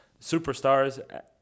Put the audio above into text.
superstars